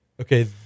okay